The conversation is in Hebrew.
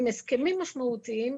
עם הסכמים משמעותיים,